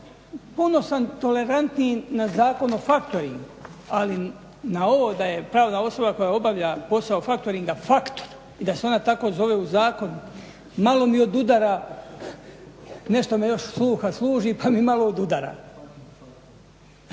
puno sam tolerantniji na Zakon o factoringu, ali na ovo da je pravna osoba koja obavlja posao factoringa factor, da se ona tako zove u zakonu, malo mi odudara, nešto me još sluga služi pa mi malo odudara.